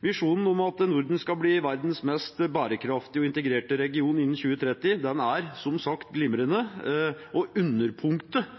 Visjonen om at Norden skal bli verdens mest bærekraftige og integrerte region innen 2030, er – som sagt – glimrende, og underpunktet